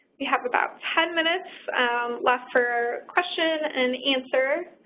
we have about ten minutes left for question and answer,